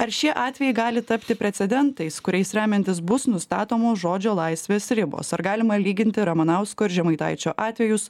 ar šie atvejai gali tapti precedentais kuriais remiantis bus nustatomos žodžio laisvės ribos ar galima lyginti ramanausko ir žemaitaičio atvejus